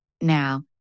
Now